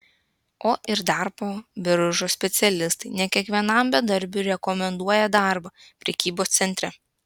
o ir darbo biržos specialistai ne kiekvienam bedarbiui rekomenduoja darbą prekybos centre